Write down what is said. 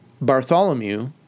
Bartholomew